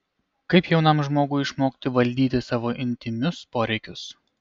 kaip jaunam žmogui išmokti valdyti savo intymius poreikius